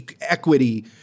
equity